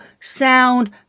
sound